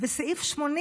סעיף 80